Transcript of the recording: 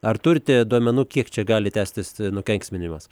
ar turite duomenų kiek čia gali tęstis t nukenksminimas